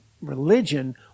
religion